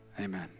Amen